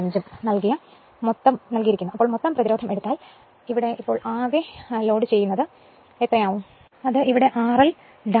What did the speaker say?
5 ഉം നൽകിയ മൊത്തം പ്രതിരോധം എടുത്താൽ ഈ വർഷം ആകെ ലോഡ് ചെയ്യുക ഇവിടെ RL 7